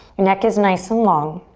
neck is nice and long.